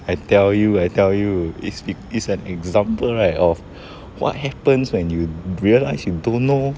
I tell you I tell you is be~ it's an example right of what happens when you realise you don't know